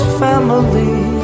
family